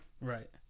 Right